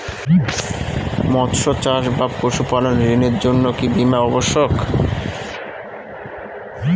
মৎস্য চাষ বা পশুপালন ঋণের জন্য কি বীমা অবশ্যক?